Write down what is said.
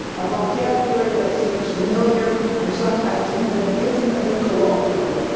a vocabulary that seems familiar, and sometimes even intimately colloquial,